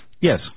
Yes